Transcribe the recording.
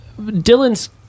Dylan's